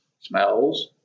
smells